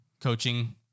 coaching